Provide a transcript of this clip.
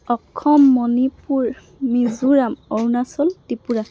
Assam Manipur Mizoram Arunachal Tripura